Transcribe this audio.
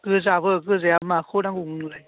गोजाबो गोजाया माखौ नांगौ नोंनोलाय